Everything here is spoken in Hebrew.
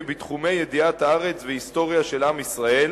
בתחומי ידיעת הארץ וההיסטוריה של עם ישראל,